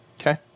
Okay